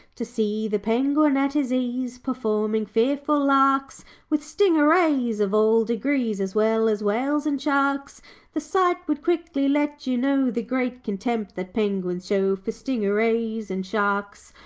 to see the penguin at his ease performing fearful larks with stingarees of all degrees, as well as whales and sharks the sight would quickly let you know the great contempt that penguins show for stingarees and sharks.